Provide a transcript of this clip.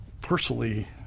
personally